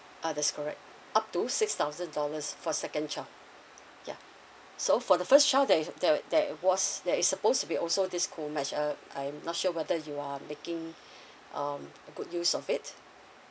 ah that's correct up to six thousand dollars for second child yeah so for the first child that i~ there would there was there is supposed to be also this co match uh I'm not sure whether you are making um a good use of it